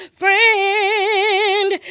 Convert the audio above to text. friend